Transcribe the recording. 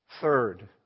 Third